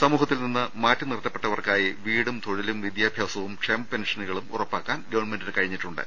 സമൂഹത്തിൽ നിന്ന് മാറ്റി നിർത്തപ്പെട്ടവർക്കായി വീടും തൊഴിലും വിദ്യാ ഭ്യാസവും ക്ഷേമ പെൻഷനുകളും ഉറപ്പാക്കാൻ ഗവൺമെന്റിന് കഴിഞ്ഞിട്ടുണ്ട്